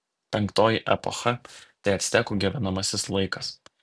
penktoji epocha tai actekų gyvenamasis laikas